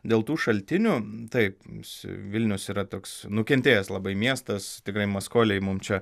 dėl tų šaltinių taip mums vilnius yra toks nukentėjęs labai miestas tikrai maskoliai mum čia